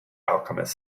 alchemist